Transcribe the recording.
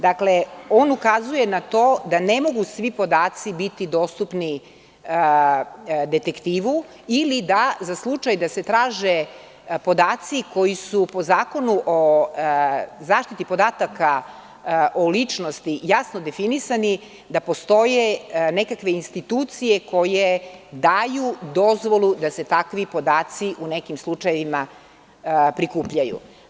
Dakle, on ukazuje da na to da ne mogu svi podaci biti dostupni detektivu ili za slučaj da se traže podaci koji su po Zakonu o zaštiti podataka o ličnosti jasno definisani da postoje nekakve institucije koje daju dozvolu da se takvi podaci u nekim slučajevima prikupljaju.